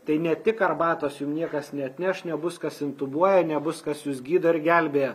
tai ne tik arbatos jum niekas neatneš nebus kas intubuoja nebus kas jus gydo ir gelbėja